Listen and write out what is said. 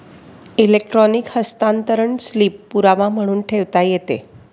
electronic हस्तांतरण slip पुरावा म्हणून ठेवता येते